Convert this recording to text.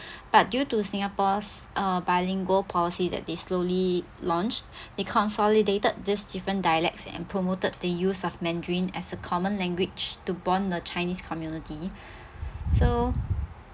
but due to singapore's uh bilingual policy that they slowly launched they consolidated this different dialects and promoted the use of mandarin as a common language to bond the chinese community so